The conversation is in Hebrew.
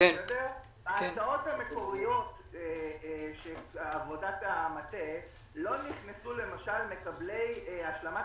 בהצעות המקוריות של עבודת המטה לא נכנסו למשל מקבלי השלמת